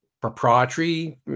proprietary